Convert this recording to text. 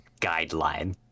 guideline